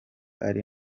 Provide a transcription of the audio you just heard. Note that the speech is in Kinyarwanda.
ari